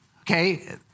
Okay